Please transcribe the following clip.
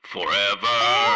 Forever